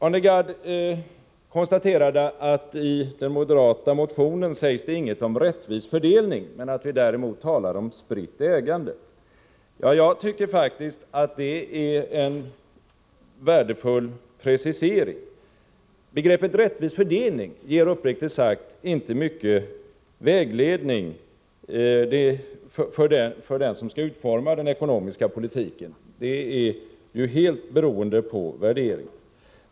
Arne Gadd konstaterade att det i den moderata motionen inte sägs något om rättvis fördelning men att vi däremot talar om spritt ägande. Ja, jag tycker faktiskt att det är en värdefull precisering. Begreppet rättvis fördelning ger uppriktigt sagt inte mycket vägledning för den som skall utforma den ekonomiska politiken — vad det innebär är ju helt beroende av värderingar.